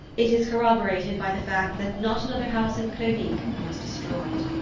it is corroborated by the fact that not another house in crevic was destroyed.